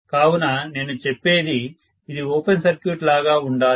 కావున నేను చెప్పేది ఇది ఓపెన్ సర్క్యూట్ లాగా ఉండాలి